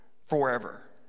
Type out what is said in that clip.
forever